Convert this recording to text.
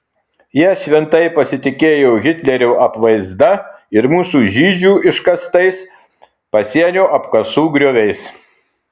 jie šventai pasitikėjo hitlerio apvaizda ir mūsų žydžių iškastais pasienio apkasų grioviais